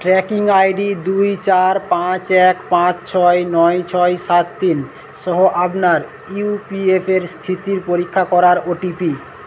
tracking I D দুই চার পাঁচ এক পাঁচ ছয় নয় ছয় সাত তিন সহ আপনার ই পি এফের স্থিতির পরীক্ষা করার ও টি পি